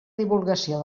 divulgació